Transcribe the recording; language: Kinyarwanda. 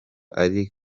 ari